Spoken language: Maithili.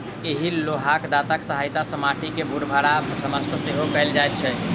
एहि लोहाक दाँतक सहायता सॅ माटि के भूरभूरा आ समतल सेहो कयल जाइत छै